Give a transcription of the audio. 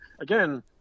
Again